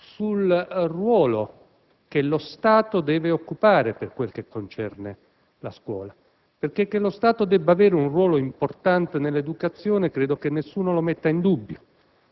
sul ruolo che lo Stato deve occupare per quel che concerne la scuola perché che lo Stato debba avere un ruolo importante nell'educazione nessuno lo metta in dubbio.